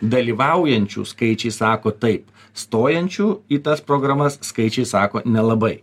dalyvaujančių skaičiai sako taip stojančių į tas programas skaičiai sako nelabai